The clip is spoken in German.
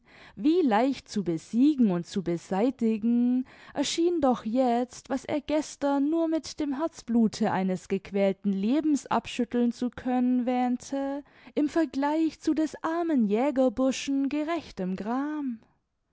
wie leicht zu besiegen und zu beseitigen erschien doch jetzt was er gestern nur mit dem herzblute eines gequälten lebens abschütteln zu können wähnte im vergleich zu des armen jägerburschen gerechtem gram